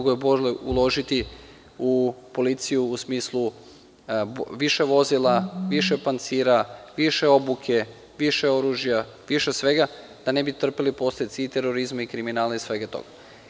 Bolje uložiti u policiju u smislu više vozila, više pancira, više obuke, više oružja, više svega da ne bi trpeli posledice i terorizma i kriminala i svega toga.